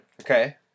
Okay